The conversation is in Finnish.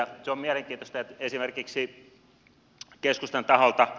se on mielenkiintoista esimerkiksi keskustan taholta